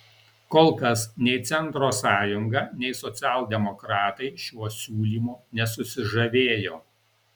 kol kas nei centro sąjunga nei socialdemokratai šiuo siūlymu nesusižavėjo